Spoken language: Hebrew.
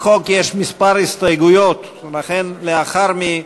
לחוק יש כמה הסתייגויות, לכן לאחר מכן,